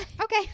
Okay